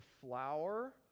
flower